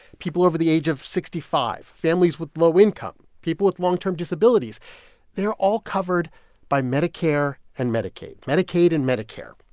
people over the age of sixty five, families with low income, people with long-term disabilities they're all covered by medicare and medicaid, medicaid and medicare,